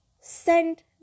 Send